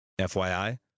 FYI